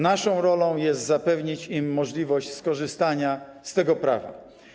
Naszą rolą jest zapewnić im możliwość skorzystania z tego prawa.